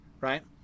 right